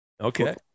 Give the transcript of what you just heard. Okay